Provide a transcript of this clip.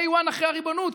מ-day one אחרי הריבונות,